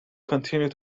continue